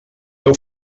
veu